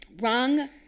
wrong